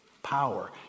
power